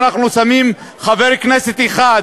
אנחנו שמים חבר כנסת אחד,